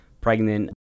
pregnant